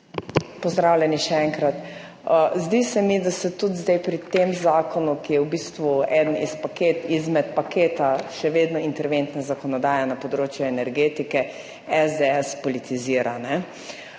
Pozdravljeni še enkrat! Zdi se mi, da tudi zdaj pri tem zakonu, ki je v bistvu eden izmed paketa še vedno interventne zakonodaje na področju energetike, SDS politizira. Gre